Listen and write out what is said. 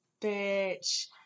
bitch